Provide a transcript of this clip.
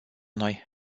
noi